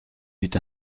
eut